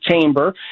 chamber